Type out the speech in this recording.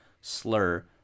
slur